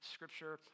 Scripture